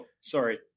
sorry